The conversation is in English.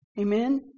Amen